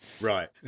Right